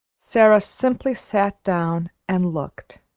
sara simply sat down, and looked,